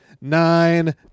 nine